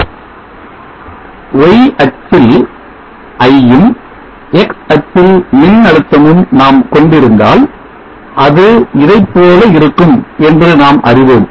Y அச்சில் I ம் X அச்சில் மின்னழுத்தமும் நாம் கொண்டிருந்தால் அது இதைப்போல இருக்கும் என்று நாம் அறிவோம்